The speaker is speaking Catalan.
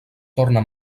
torna